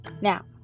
Now